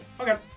Okay